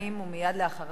ומייד לאחריו,